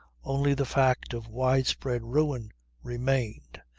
only the fact of wide-spread ruin remained,